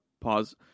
pause